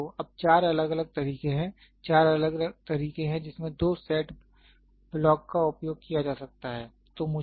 तो अब चार अलग अलग तरीके हैं चार अलग अलग तरीके हैं जिसमें दो सेट ब्लॉक का उपयोग किया जा सकता है